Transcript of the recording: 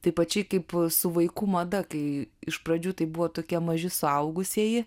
taip pačiai kaip su vaikų mada kai iš pradžių tai buvo tokie maži suaugusieji